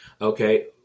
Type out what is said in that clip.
okay